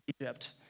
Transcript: Egypt